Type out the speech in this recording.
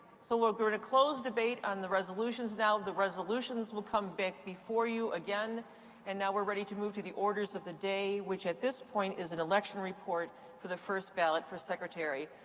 so we're going to close debate on the resolutions now. the resolutions will come back before you again and now we're ready to move to the orders of the day which at this point is an election report for the first ballot for secretary.